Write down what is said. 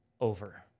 over